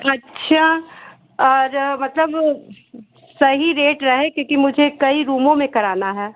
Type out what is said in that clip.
अच्छा और मतलब सही रेट रहे क्योंकि मुझे कई रूमों में कराना है